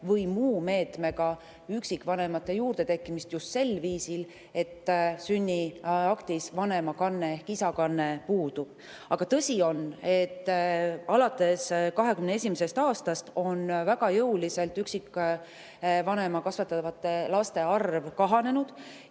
või muu meetmega üksikvanemate juurdetekkimist just sel viisil, et sünniaktis vanemakanne ehk isakanne puudub. Aga tõsi on, et alates 2021. aastast on väga jõuliselt üksikvanema kasvatatavate laste arv kahanenud,